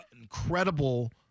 incredible